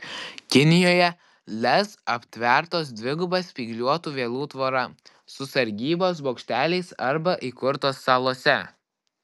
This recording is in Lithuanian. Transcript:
kinijoje lez aptvertos dviguba spygliuotų vielų tvora su sargybos bokšteliais arba įkurtos salose